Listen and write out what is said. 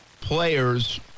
players –